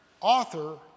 author